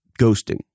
ghosting